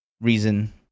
reason